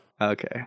Okay